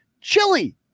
Chili